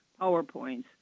PowerPoints